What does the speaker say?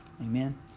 Amen